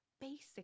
basic